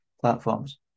platforms